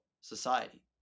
society